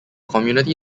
community